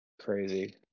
crazy